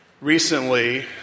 Recently